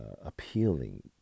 appealing